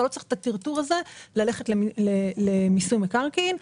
אתה לא צריך את הטרטור הזה, ללכת למיסוי מקרקעין.